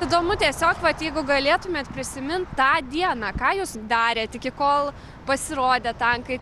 įdomu tiesiog vat jeigu galėtumėt prisimint tą dieną ką jūs darėt iki kol pasirodė tankai